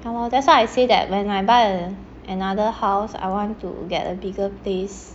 yeah lor that's why I say that when I buy another house I want to get a bigger place